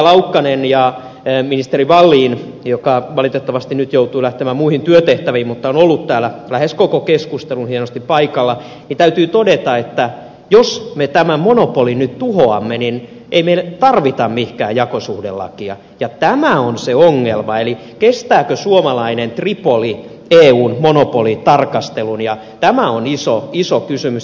laukkanen ja ministeri wallin joka valitettavasti nyt joutui lähtemään muihin työtehtäviin mutta on ollut täällä lähes koko keskustelun hienosti paikalla täytyy todeta että jos me tämän monopolin nyt tuhoamme niin ei meillä tarvita mihinkään jakosuhdelakia ja tämä on se ongelma kestääkö suomalainen tripoli eun monopolitarkastelun ja tämä on iso kysymys